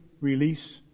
release